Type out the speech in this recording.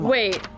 Wait